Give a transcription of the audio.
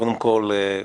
קודם כול,